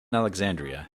alexandria